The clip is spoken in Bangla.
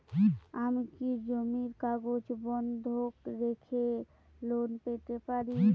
আমি কি জমির কাগজ বন্ধক রেখে লোন পেতে পারি?